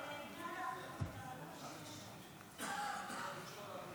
ההצעה להעביר את הנושא לוועדת המדע